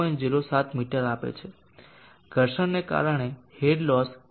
07 metre આપે છે ઘર્ષણને કારણે હેડ લોસ 0